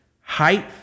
height